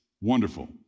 Wonderful